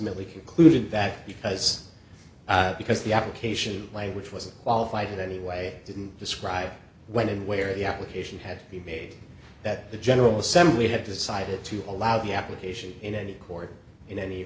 ultimately concluded that because because the application language wasn't qualified and anyway didn't describe when and where the application had been made that the general assembly had decided to allow the application in any court in any